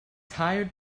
tired